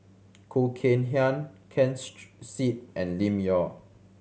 Khoo Kay Hian Ken Seet and Lim Yau